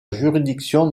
juridiction